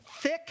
thick